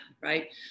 right